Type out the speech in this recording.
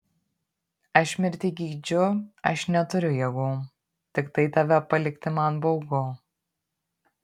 aš mirti geidžiu aš neturiu jėgų tiktai tave palikti man baugu